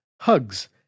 hugs